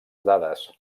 dades